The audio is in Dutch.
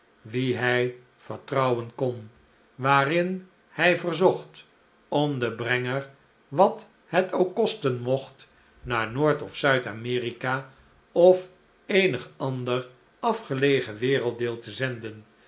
wien hij vertrouwen kon waarin hij verzocht om den brenger wat het ook kosten mocht naar n o o r d of z u i d-a m e r i k a of eenig ander afgelegen werelddeel te zenden